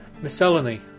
Miscellany